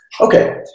Okay